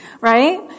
right